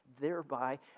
thereby